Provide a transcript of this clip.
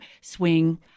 swing